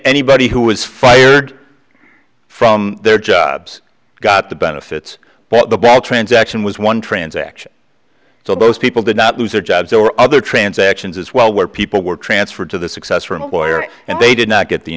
anybody who was fired from their jobs got the benefits but the ball transaction was one transaction so those people did not lose their jobs or other transactions as well where people were transferred to the success for an employer and they did not get the